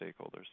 stakeholders